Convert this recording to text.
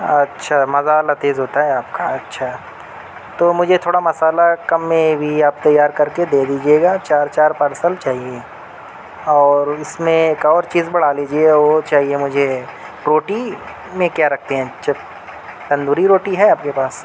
اچھا مسالحہ تیز ہوتا ہے آپ کا اچھا تو مجھے تھوڑا مسالحہ کم میں بھی آپ تیار کر کے دے دیجیے گا چار چار پارسل چاہیے اور اِس میں ایک اور چیز بڑھا لیجیے وہ چاہیے مجھے روٹی میں کیا رکھتے ہیں چپ تندوری روٹی ہے آپ کے پاس